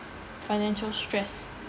financial stress